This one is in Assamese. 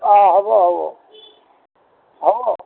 অঁ হ'ব হ'ব হ'ব